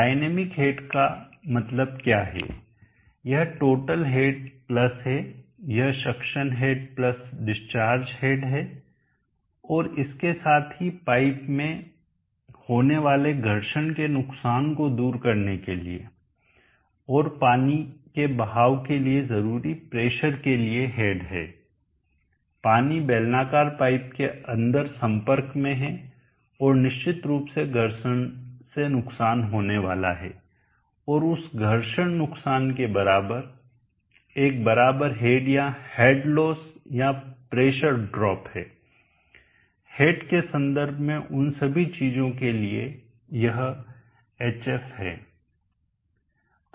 dynamic head का मतलब क्या है यह टोटल हेड प्लस है यह suction head plus discharge head हैऔर इसके साथ ही पाइप में होने वाले घर्षण के नुकसान को दूर करने के लिए और पानी के बहाव के लिए जरूरी प्रेशर के लिए हेड है पानी बेलनाकार पाइप के अंदर संपर्क में है और निश्चित रूप से घर्षण से नुकसान होने वाला है और उस घर्षण नुकसान के बराबर एक बराबर हेड या हेड लोसLoss नुकसान या प्रेशर ड्राप है हेड के संदर्भ में उन सभी चीजों के लिए यह hf है